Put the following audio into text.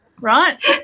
right